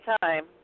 time